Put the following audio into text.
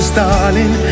darling